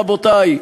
רבותי,